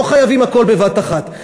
לא חייבים הכול בבת אחת,